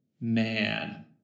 man